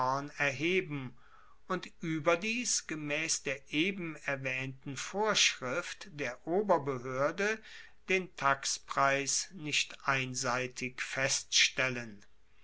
erheben und ueberdies gemaess der eben erwaehnten vorschrift der oberbehoerde den taxpreis nicht einseitig feststellen